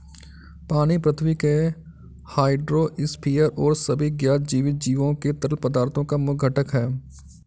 पानी पृथ्वी के हाइड्रोस्फीयर और सभी ज्ञात जीवित जीवों के तरल पदार्थों का मुख्य घटक है